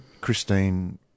Christine